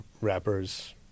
rappers